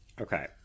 Okay